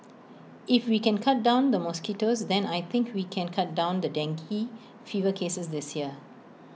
if we can cut down the mosquitoes then I think we can cut down the dengue fever cases this year